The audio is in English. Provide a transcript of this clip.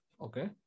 Okay